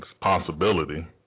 possibility